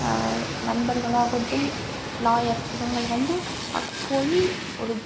நண்பர்களாகட்டும் lawyer இவங்களை வந்து பார்க்க போய் ஒரு